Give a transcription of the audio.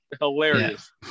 hilarious